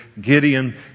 Gideon